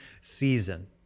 season